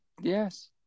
yes